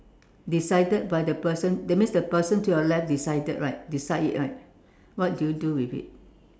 decided by the person that means the person to your left decided right decide it right what do you do with it